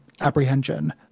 apprehension